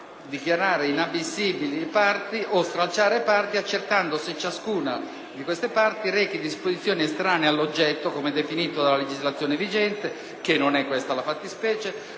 dichiarare inammissibili parti, o stralciare parti, accertando se ciascuna di esse «rechi disposizioni estranee al proprio oggetto come definito dalla legislazione vigente» - e non è questa la fattispecie